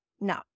No